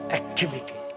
activity